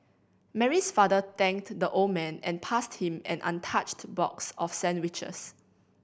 Mary's father thanked the old man and passed him an untouched box of sandwiches